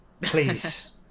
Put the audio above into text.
please